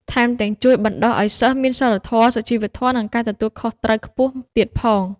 ថែមទាំងជួយបណ្តុះឲ្យសិស្សមានសីលធម៌ សុជីវធម៌ និងការទទួលខុសត្រូវខ្ពស់ទៀតផង។